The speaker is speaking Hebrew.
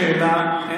שעד עכשיו לא,